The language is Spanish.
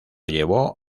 llevó